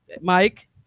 Mike